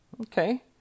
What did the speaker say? Okay